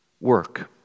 work